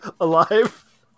alive